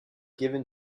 given